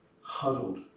huddled